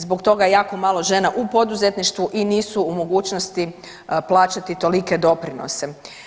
Zbog toga je jako malo žena u poduzetništvu i nisu u mogućnosti plaćati tolike doprinose.